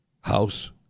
house